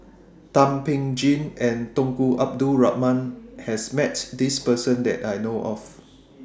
Thum Ping Tjin and Tunku Abdul Rahman has Met This Person that I know of